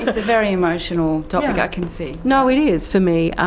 it's a very emotional topic, i can see. you know it is for me.